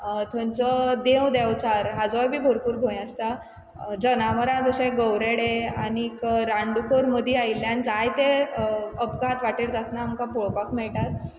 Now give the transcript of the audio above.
थंयंचो देव देंवचार हाजोय बी भरपूर भंय आसता जनावरां जशे गवरेडे आनीक रानडुकर मदीं आयिल्ल्यान जायते अपघात वाटेर जातना आमकां पळोवपाक मेळटात